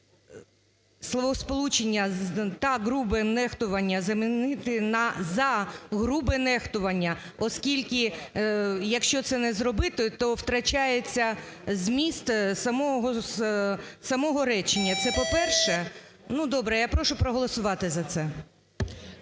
словосполучення "та грубим нехтуванням" замінити на "за грубе нехтування". Оскільки, якщо це не зробити, то втрачається зміст самого речення. Це по-перше. Ну, добре, я прошу проголосувати за це.